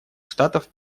штатов